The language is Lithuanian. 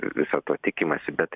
visa to tikimasi bet